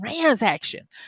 transaction